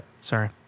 Sorry